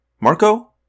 Marco